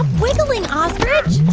ah wiggling, ostrich